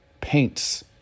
paints